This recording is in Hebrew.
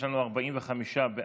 יש לנו 45 בעד,